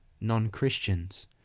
non-Christians